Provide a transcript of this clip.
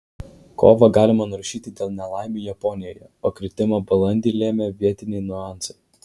kovą galima nurašyti dėl nelaimių japonijoje o kritimą balandį lėmė vietiniai niuansai